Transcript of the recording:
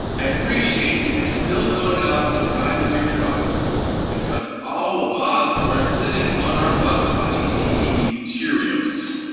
i appreciate that you're still going out and driving your truck because all of us are sitting on our butts watching tv eating cheerios